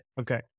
Okay